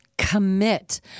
commit